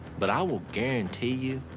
but i will guarantee you,